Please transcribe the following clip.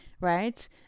Right